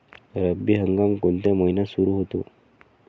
रब्बी हंगाम कोणत्या महिन्यात सुरु होतो?